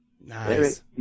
Nice